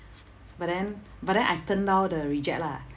but then but then I turned down the reject lah